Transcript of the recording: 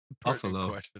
Buffalo